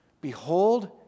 Behold